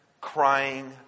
crying